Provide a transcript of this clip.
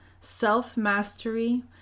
self-mastery